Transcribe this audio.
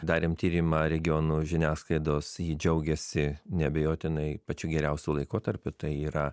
darėm tyrimą regionų žiniasklaidos ji džiaugėsi neabejotinai pačiu geriausiu laikotarpiu tai yra